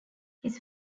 his